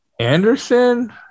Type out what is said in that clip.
Anderson